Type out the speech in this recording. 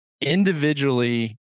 individually